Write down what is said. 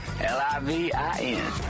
L-I-V-I-N